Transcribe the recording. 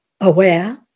aware